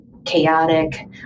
chaotic